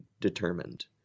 determined